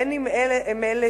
אם אלה